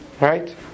right